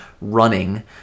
running